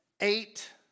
eight